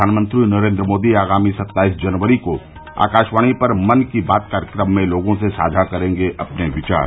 प्रधानमंत्री नरेन्द्र मोदी आगामी सत्ताईस जनवरी को आकाशवाणी पर मन की बात कार्यक्रम में लोगों से साझा करेंगे अपने विचार